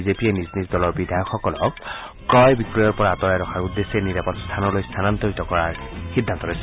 বিজেপিয়ে নিজ নিজ দলৰ বিধায়কসকলক ক্ৰয় বিক্ৰয়ৰ পৰা আতৰাই ৰখাৰ উদ্দেশ্যে নিৰাপদ স্থানলৈ স্থানান্তৰিত কৰাৰ সিদ্ধান্ত লৈছে